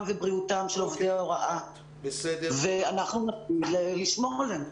ובריאותם של עובדי ההוראה ולשמור עליהם.